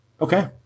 Okay